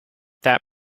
that